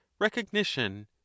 recognition